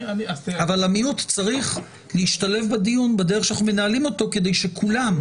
אבל המיעוט צריך להשתלב בדיון בדרך שאנחנו מנהלים אותו כדי שכולם,